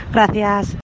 Gracias